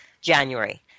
January